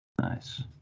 Nice